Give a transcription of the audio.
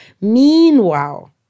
meanwhile